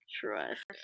Trust